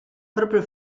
proprio